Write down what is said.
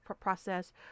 process